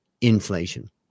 inflation